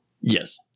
Yes